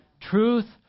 Truth